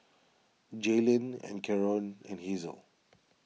Jaylin and Karon and Hazle